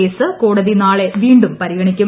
case കോടതി നാളെ വീണ്ടുംപരിഗണിക്കും